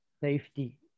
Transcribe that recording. safety